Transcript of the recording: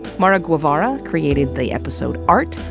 mara guevarra created the episode art.